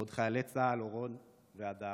בעוד חיילי צה"ל אורון והדר